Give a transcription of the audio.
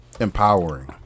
empowering